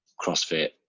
CrossFit